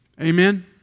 Amen